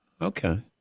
Okay